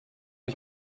ich